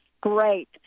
great